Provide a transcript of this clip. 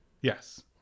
Yes